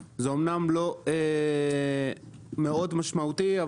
אמנם לא מאוד משמעותי,